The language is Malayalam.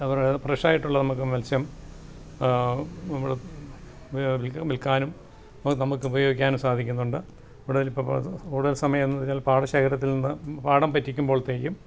വളരെ ഫ്രഷായിട്ടുള്ള നമുക്ക് മത്സ്യം ഇവിടെ വിൽക്ക് വിൽക്കാനും അത് നമുക്കുപയോഗിക്കാനും സാധിക്കുന്നുണ്ട് കൂടുതൽ സമയം ചില പാടശേഖരത്തിൽ നിന്ന് പാടം വറ്റിക്കുമ്പോഴത്തേക്കും